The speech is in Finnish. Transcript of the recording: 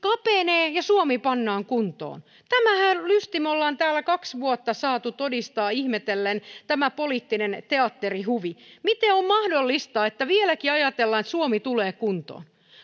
kapenee ja suomi pannaan kuntoon tätä lystiähän me olemme täällä kaksi vuotta saaneet todistaa ihmetellen tätä poliittista teatterihuvia miten on mahdollista että vieläkin ajatellaan että suomi tulee kuntoon